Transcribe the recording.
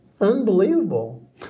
unbelievable